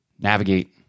navigate